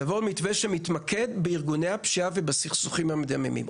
ובו אנו באים במתווה שמתמקד בארגוני הפשיעה ובסכסוכים המדממים.